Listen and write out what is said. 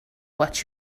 what